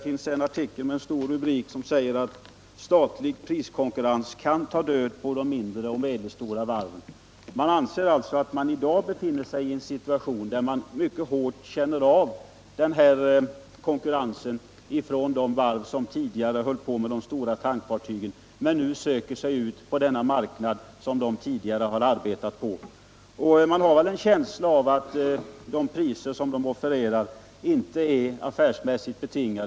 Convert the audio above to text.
En artikel har en rubrik som lyder: ”Statlig priskonkurrens kan ta död på de mindre och medelstora varven.” Man anser alltså att man i dag befinner sig i en situation där man mycket hårt känner av konkurrensen från de varv som tidigare byggde de stora tankfartygen men som nu söker sig ut på den marknad som de mindre och medelstora varven tidigare har arbetat på. Man har en känsla av att de priser som de statliga varven offererar inte är affärsmässigt betingade.